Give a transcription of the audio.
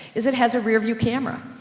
is it has a rear-view camera.